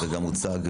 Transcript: וגם מוצג,